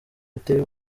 biteye